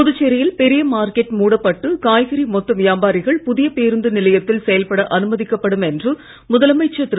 புதுச்சேரியில் பெரிய மார்க்கெட் மூடப்பட்டு காய்கறி மொத்த வியாபாரிகள் புதிய பேருந்து நிலையத்தில் செயல்பட அனுமதிக்கப்படும் என்று முதலமைச்சர் திரு